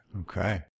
Okay